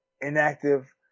inactive